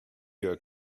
your